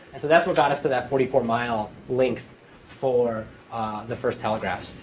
and so that's what got us to that forty four mile length for the first telegraphs.